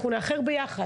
אנחנו נאחר ביחד